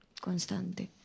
constante